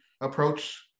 approach